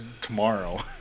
tomorrow